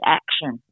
action